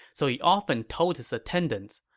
so he often told his attendants,